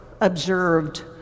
observed